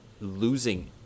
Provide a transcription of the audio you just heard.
losing